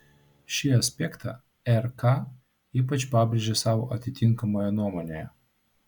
šį aspektą rk ypač pabrėžė savo atitinkamoje nuomonėje